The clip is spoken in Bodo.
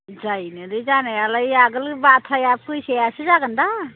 जायो नालाय जानायालाय आगोल बाथ्राया फैसायासो जागोन दा